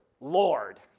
Lord